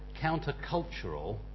countercultural